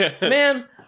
Man